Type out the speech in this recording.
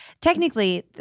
technically